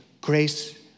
grace